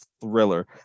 thriller